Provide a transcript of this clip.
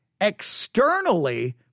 externally